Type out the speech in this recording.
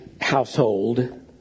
household